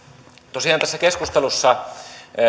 tosiaan keskustelussa